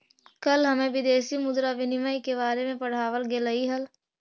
कल हमें विदेशी मुद्रा विनिमय के बारे में पढ़ावाल गेलई हल